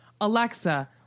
alexa